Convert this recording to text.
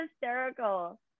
hysterical